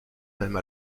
même